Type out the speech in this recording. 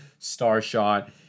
Starshot